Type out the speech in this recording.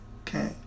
Okay